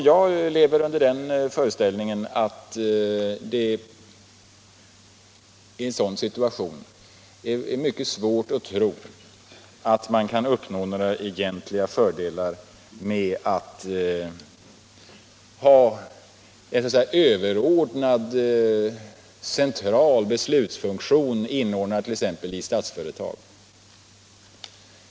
Jag lever i den föreställningen att det i en sådan situation är mycket svårt att tro att man kan uppnå några egentliga fördelar med att ha en ”överordnad” central beslutsfunktion inordnad t.ex. i Statsföretag.